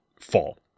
Fall